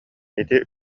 ити